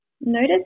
Notice